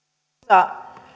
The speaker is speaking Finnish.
arvoisa